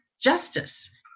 justice